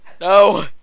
no